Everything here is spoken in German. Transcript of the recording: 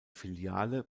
filiale